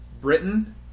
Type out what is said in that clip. Britain